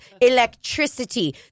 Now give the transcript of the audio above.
electricity